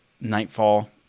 Nightfall